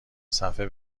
صفحه